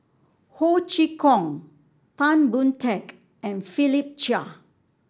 Ho Chee Kong Tan Boon Teik and Philip Chia